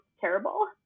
terrible